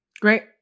Great